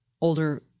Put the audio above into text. older